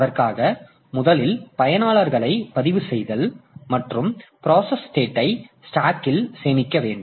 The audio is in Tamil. அதற்காக முதலில் பயனாளர்களை பதிவுசெய்தல் மற்றும் பிராசஸ் ஸ்டேட் ஐ ஸ்டாக் இல் சேமிக்க வேண்டும்